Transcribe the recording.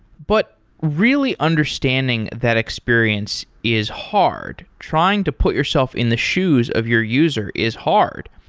but really understanding that experience is hard. trying to put yourself in the shoes of your user is hard.